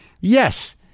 Yes